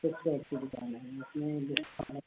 fix rate की दुकान है इसमें डिस्काउन्ट